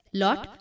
lot